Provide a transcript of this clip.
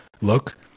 look